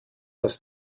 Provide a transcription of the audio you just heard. das